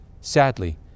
Sadly